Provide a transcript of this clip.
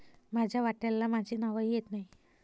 माझ्या वाट्याला माझे नावही येत नाही